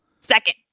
second